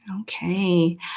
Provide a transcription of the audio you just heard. Okay